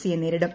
C യെ നേരിടും